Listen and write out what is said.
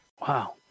Wow